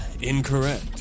incorrect